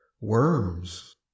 Worms